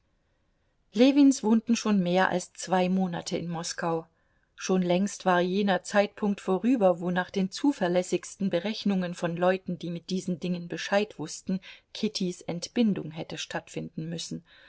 ljewins wohnten schon mehr als zwei monate in moskau schon längst war jener zeitpunkt vorüber wo nach den zuverlässigsten berechnungen von leuten die mit diesen dingen bescheid wußten kittys entbindung hätte stattfinden müssen